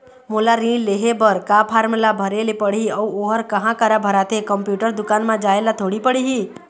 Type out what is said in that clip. मोला ऋण लेहे बर का फार्म ला भरे ले पड़ही अऊ ओहर कहा करा भराथे, कंप्यूटर दुकान मा जाए ला थोड़ी पड़ही?